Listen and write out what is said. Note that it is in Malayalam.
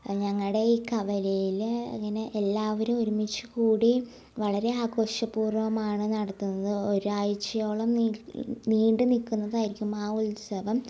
ഞങ്ങളുടെ ഈ കവലയിൽ അങ്ങനെ എല്ലാവരും ഒരുമിച്ച് കൂടി വളരെ ആഘോഷപൂർവ്വമാണ് നടത്തുന്നത് ഒരാഴ്ച്ചയോളം നിൽക്കുന്ന നീണ്ട് നിൽക്കുന്നതായിരിക്കും ആ ഉത്സവം